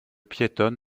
piétonne